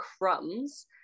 crumbs